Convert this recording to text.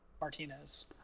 Martinez